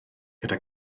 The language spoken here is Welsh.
gyda